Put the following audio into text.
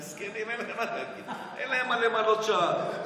מסכנים, אין להם במה למלא שעה.